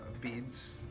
beads